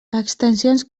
extensions